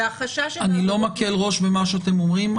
והחשש הגדול --- אני לא מקל ראש במה שאתם אומרים.